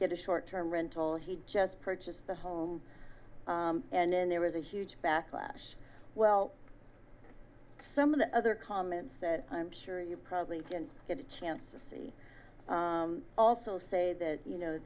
get a short term rental he just purchased a home and then there was a huge backlash well some of the other comments that i'm sure you probably can get a chance to see also say that you know